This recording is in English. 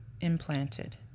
implanted